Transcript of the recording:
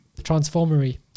Transformery